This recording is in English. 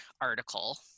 article